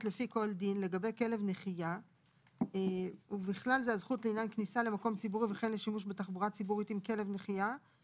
לגבי מה שחאמד אמר כאן ואני מאוד מעריך את הרצון שלך לעזור